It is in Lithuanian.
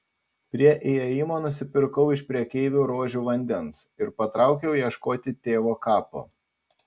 prie įėjimo nusipirkau iš prekeivio rožių vandens ir patraukiau ieškoti tėvo kapo